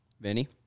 Vinny